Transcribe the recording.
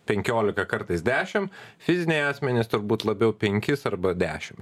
penkiolika kartais dešimt fiziniai asmenys turbūt labiau penkis arba dešimt